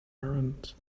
warrant